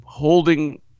holding